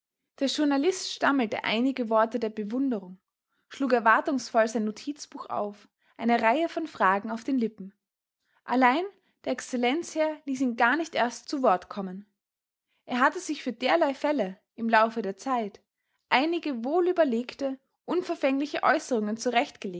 der journalist stammelte einige worte der bewunderung schlug erwartungsvoll sein notizbuch auf eine reihe von fragen auf den lippen allein der excellenzherr ließ ihn gar nicht erst zu worte kommen er hatte sich für derlei fälle im laufe der zeit einige wohlüberlegte unverfängliche äußerungen